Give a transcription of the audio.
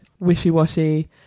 wishy-washy